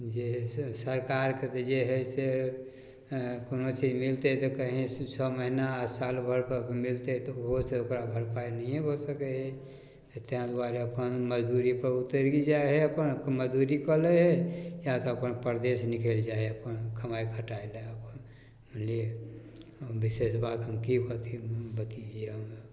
जे स सरकारके तऽ जे हइ से कोनो चीज मिलतै तऽ कहीँ छओ महिना सालभरिपर मिलतै तऽ ओहो से ओकरा भरपाइ नहिए भऽ सकै हइ तऽ ताहि दुआरे अपन मजदूरीपर उतरि जाइ हइ अपन मजदूरी कऽ लै हइ या तऽ अपन परदेस निकलि जाइ हइ अपन कमाइ खटाइलए अपन बुझलिए विशेष बात हम कि बतैए बतियैए हमे